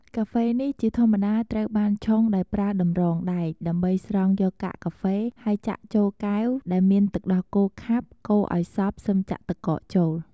កាហ្វេនេះជាធម្មតាត្រូវបានឆុងដោយប្រើតម្រងដែកដើម្បីស្រង់យកកាកកាហ្វេ ហើយចាក់ចូលកែវដែលមានទឹកដោះគោខាប់ កូរឱ្យសព្វសឹមចាក់ទឹកកកចូល។